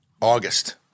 August